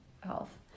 health